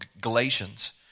Galatians